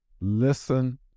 Listen